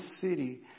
city